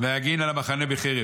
ויגן על המחנה בחרב.